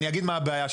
אני אגיד מה הבעיה.